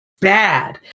bad